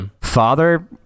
father